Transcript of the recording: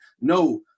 No